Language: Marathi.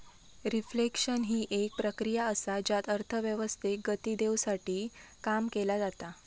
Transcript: रिफ्लेक्शन हि एक प्रक्रिया असा ज्यात अर्थव्यवस्थेक गती देवसाठी काम केला जाता